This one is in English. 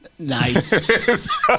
Nice